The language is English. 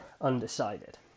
undecided